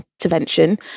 intervention